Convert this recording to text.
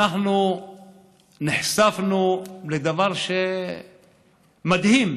אנחנו נחשפנו לדבר מדהים: